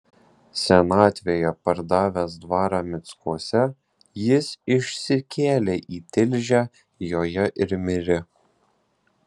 senatvėje pardavęs dvarą mickuose jis išsikėlė į tilžę joje ir mirė